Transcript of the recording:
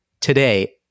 Today